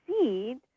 seed